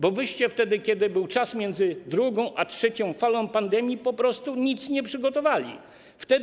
Bo wtedy, kiedy był czas, między drugą a trzecią falą pandemii, po prostu nic nie przygotowaliście.